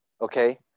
Okay